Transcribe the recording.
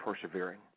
persevering